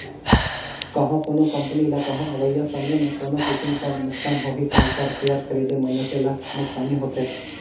कहों कोनो कंपनी ल कहों अवइया समे में कोनो किसिम कर नोसकान होही ता ओकर सेयर खरीदे मइनसे ल नोसकानी होथे